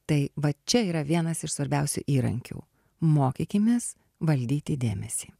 tai vat čia yra vienas iš svarbiausių įrankių mokykimės valdyti dėmesį